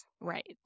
Right